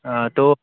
ہاں تو